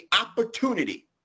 opportunity